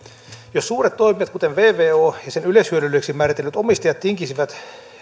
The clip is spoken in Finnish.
jos suuret toimijat kuten vvo ja sen yleishyödylliseksi määritellyt omistajat tinkisivät